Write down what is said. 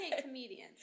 comedians